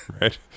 Right